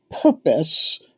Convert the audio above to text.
purpose